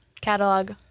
catalog